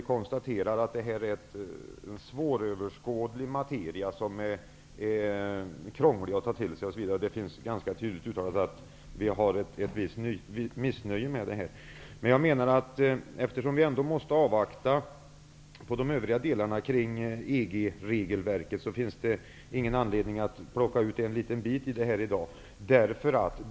Vi konstaterar att det här är en svåröverskådlig materia. Den är krånglig att ta till sig. Det finns ett visst missnöje med detta. Eftersom vi ändå måste avvakta när det gäller de övriga delarna av EG-regelverket, finns det ingen anledning att i dag plocka ut en liten bit.